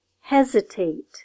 Hesitate